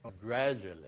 Gradually